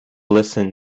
listen